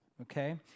okay